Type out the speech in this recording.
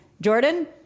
Jordan